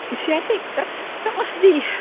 see i think that must be